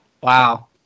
Wow